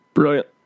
Brilliant